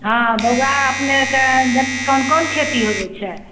हँ बौआ अपनेके जमीनमे कोन कोन खेती होइ छै